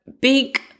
Big